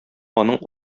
аның